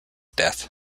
death